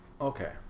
okay